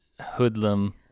hoodlum